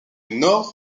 nord